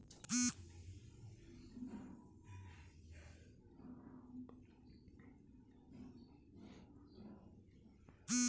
कतको ठंडा राहय गोरसी के आगी के तापे ले मनखे ह गरमिया जाथे